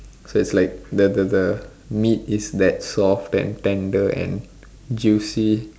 so it's like the the the meat is so soft and tender and juicy